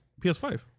PS5